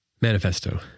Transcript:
Manifesto